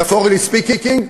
metaphorically speaking,